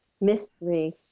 mystery